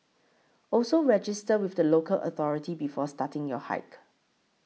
also register with the local authority before starting your hike